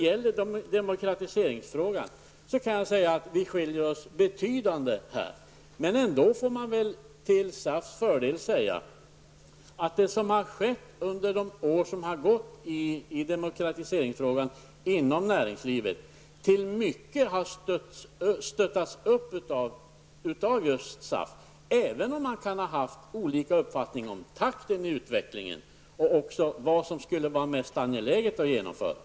I demokratiseringsfrågan kan jag säga att vi skiljer oss betydligt. Men man får ändå till SAFs fördel säga att det som har skett i emokratiseringsfrågan inom näringslivet under de år som har gått till mycket har stöttats upp av just SAF, även om man kan ha haft olika uppfattningar om takten i utvecklingen och även om vad som skulle vara mest angeläget att genomföra.